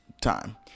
time